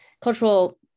cultural